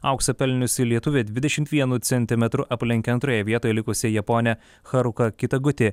auksą pelniusi lietuvė dvidešimt vienu centimetru aplenkė antroje vietoje likusią japonę charuka kitaguti